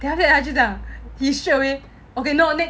then after that 他就讲 he straight away okay no